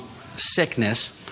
sickness